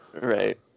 Right